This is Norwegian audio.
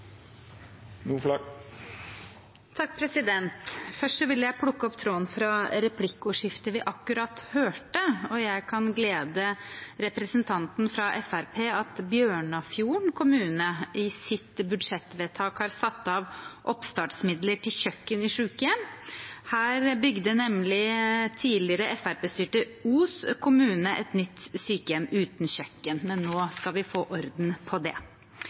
vi akkurat hørte. Jeg kan glede representanten fra Fremskrittspartiet med at Bjørnafjorden kommune i sitt budsjettvedtak har satt av oppstartsmidler til kjøkken i sykehjem. Her bygde nemlig tidligere Fremskrittsparti-styrte Os kommune et nytt sykehjem uten kjøkken, men nå skal vi få orden på det.